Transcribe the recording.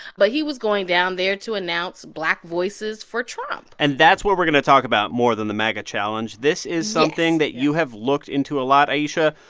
but he was going down there to announce black voices for trump and that's what we're going to talk about more than the maga challenge yes this is something that you have looked into a lot, ayesha.